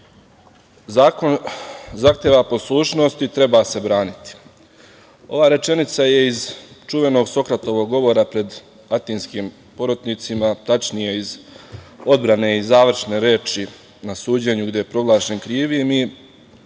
zahteva poslušnost i treba se braniti. Ova rečenica je iz čuvenog Sokratovog govora pred atinskim porotnicima, tačnije iz odbrane i završne reči na suđenju gde je proglašen krivim